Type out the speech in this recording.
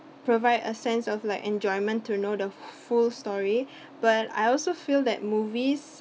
provide a sense of like enjoyment to know the full story but I also feel that movies